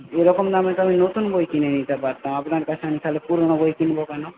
এরকম দামে তো আমি নতুন বই কিনে নিতে পারতাম আপনার কাছে আমি তাহলে পুরোনো বই কিনব কেন